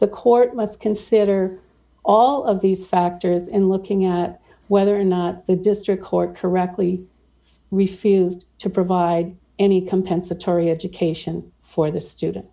the court must consider all of these factors in looking at whether or not the district court correctly refused to provide any compensatory education for the student